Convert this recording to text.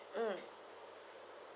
mm